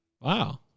Wow